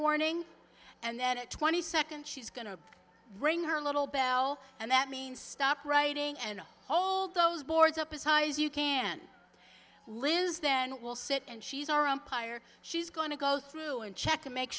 warning and then a twenty second she's going to bring her little bell and that means stop writing and hold those boards up as high as you can liz then we'll sit and she's our empire she's going to go through and check to make